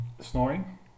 Snoring